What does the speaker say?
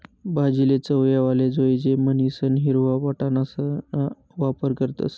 भाजीले चव येवाले जोयजे म्हणीसन हिरवा वटाणासणा वापर करतस